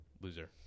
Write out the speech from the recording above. Loser